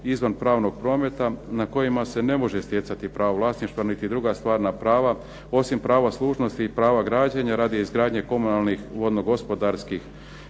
izvan pravnog prometa na kojima se ne može stjecati pravo vlasništva niti druga stvarna prava, osim prava služnosti i prava građenja radi izgradnje komunalnih, vodno gospodarskih